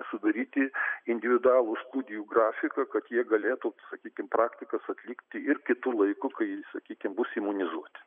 sudaryti individualų studijų grafiką kad jie galėtų sakykim praktikas atlikti ir kitu laiku kai sakykim bus imunizuoti